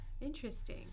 interesting